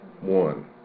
one